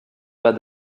pas